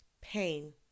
pain